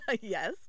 yes